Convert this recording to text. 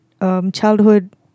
childhood